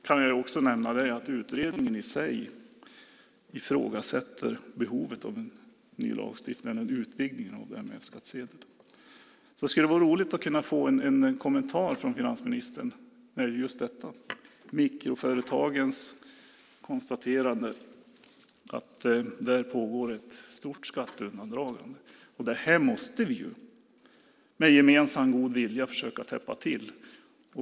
Jag kan också nämna att utredningen ifrågasätter behovet av en utvidgning av det här med F-skattsedel. Det skulle vara roligt att få en kommentar från finansministern om just detta med att det pågår ett stort skatteundandragande i mikroföretagen. Det här hålet måste vi ju med gemensam god vilja försöka täppa till.